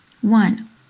One